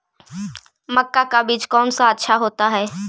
मक्का का बीज कौन सा अच्छा होता है?